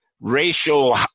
racial